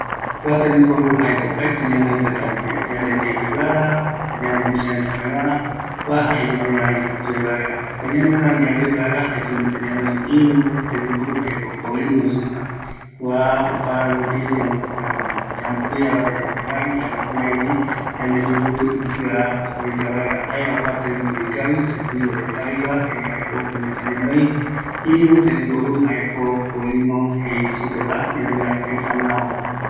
Kua taɨ yoerava, cepillo dental, kua yaiporu vaera ñanoita colino, kuape yaikɨtɨ ñaneraï, yayoe kavi vaera kua cepillo jeivape, opaete ikavi ñanoi möpetï ñavo